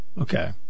Okay